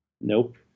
Nope